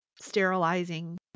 sterilizing